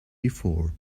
before